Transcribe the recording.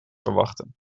verwachten